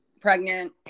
pregnant